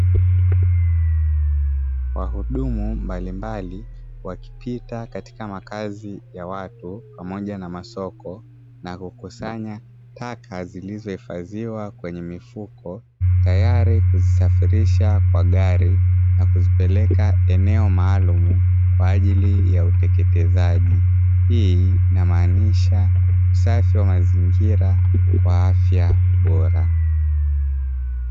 Wahudumu mbalimbali wakipita katika makazi ya watu pamoja na masoko, na kukusanya taka zilizohifadhiwa kwenye mifuko. Tayari kuzisafirisha kwa gari na kuzipeleka eneo maalumu kwa ajili ya uteketezaji. Hii inamaanisha usafi wa mazingira kwa afya bora.